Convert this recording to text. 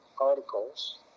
articles